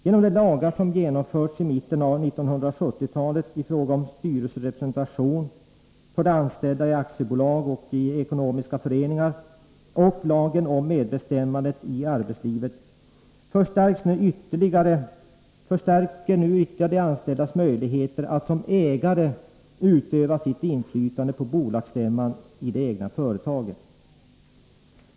Genom de lagar som genomförts i mitten av 1970-talet i fråga om styrelserepresentation för de anställda i aktiebolag och ekonomiska föreningar och lagen om medbestämmande i arbetslivet förstärks nu ytterligare de anställdas möjligheter att som ägare utöva sitt inflytande på bolagsstämman i det egna företaget.